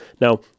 Now